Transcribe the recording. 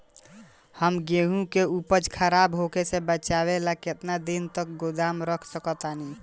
हम गेहूं के उपज खराब होखे से बचाव ला केतना दिन तक गोदाम रख सकी ला?